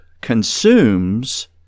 consumes